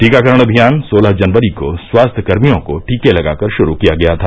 टीकाकरण अभियान सोलह जनवरी को स्वास्थ्य कर्मियों को टीके लगाकर श्रू किया गया था